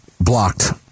Blocked